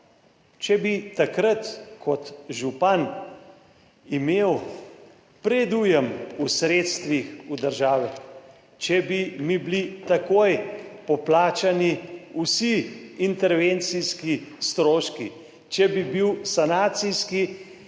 Če bi takrat kot župan imel predujem v sredstvih od države, če bi mi bili takoj poplačani vsi intervencijski stroški, če bi bil sanacijski